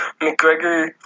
McGregor